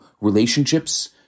relationships